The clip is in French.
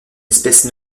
espèce